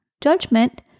Judgment